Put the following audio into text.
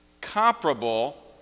comparable